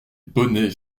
bonnets